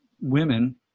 women